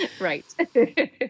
right